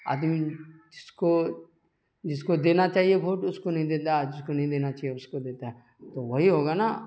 آدمی جس کو جس کو دینا چاہیے بھوٹ اس کو نہیں دیتا اور جس کو نہیں دینا چاہیے اس کو دیتا ہے تو وہی ہوگا نا